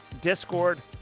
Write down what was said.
Discord